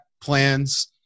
plans